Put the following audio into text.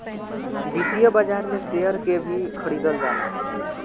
वित्तीय बाजार में शेयर के भी खरीदल जाला